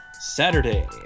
Saturday